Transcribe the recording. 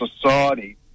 society